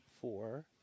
four